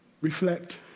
Reflect